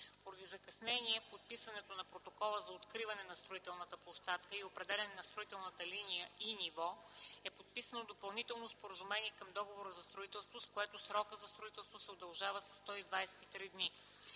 Поради закъснение в подписването на Протокола за откриване на строителната площадка и определяне на строителната линия и ниво е подписано допълнително споразумение към Договора за строителство, с което срока за строителство се удължава със 123 дни.